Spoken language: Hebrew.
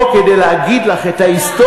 והנה, אני פה כדי להגיד לך את ההיסטוריה.